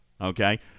Okay